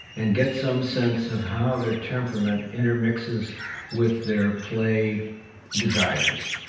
and get some sense of how their temperament intermixes with their play desires,